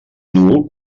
nul